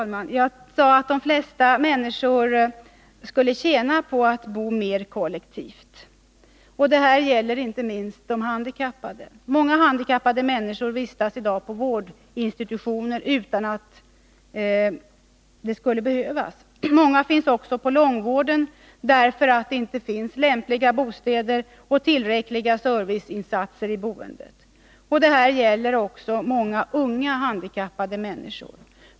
Jag sade att de flesta människor skulle tjäna på att bo mer kollektivt. Detta gäller inte minst de handikappade. Många handikappade människor vistas i dag på vårdinstitutioner utan att det skulle behövas. Många finns också inom långvården, därför att det inte finns lämpliga bostäder och tillräckliga serviceinsatser i boendet. Detta gäller också många unga handikappade människor.